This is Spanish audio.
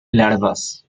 larvas